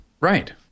Right